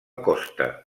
costa